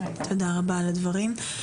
תודה רבה על הדברים.